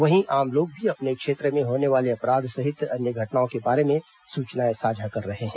वहीं आम लोग भी अपने क्षेत्र में होने वाले अपराध सहित अन्य घटनाओं के बारे में सूचनाएं साझा कर रहे हैं